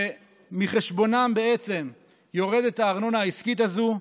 שמחשבונן בעצם יורדת הארנונה העסקית הזו.